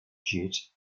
jet